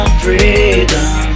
freedom